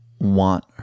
want